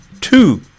Two